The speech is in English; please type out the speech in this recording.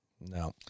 No